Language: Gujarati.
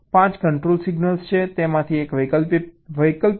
5 કંટ્રોલ સિગ્નલ્સ છે તેમાંથી એક વૈકલ્પિક છે